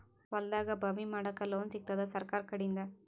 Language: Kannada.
ಹೊಲದಾಗಬಾವಿ ಮಾಡಲಾಕ ಲೋನ್ ಸಿಗತ್ತಾದ ಸರ್ಕಾರಕಡಿಂದ?